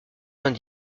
vingt